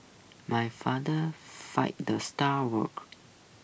my father fired the star worker